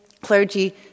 clergy